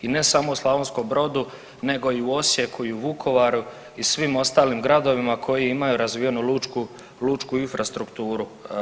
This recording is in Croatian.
I ne samo u Slavonskom Brodu nego i u Osijeku i u Vukovaru i svim ostalim gradovima koji imaju razvijenu lučku, lučku infrastrukturu.